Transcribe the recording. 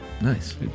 Nice